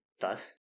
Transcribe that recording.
Thus